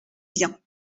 bien